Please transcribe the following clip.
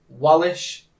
Wallish